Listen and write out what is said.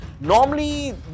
Normally